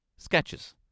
Sketches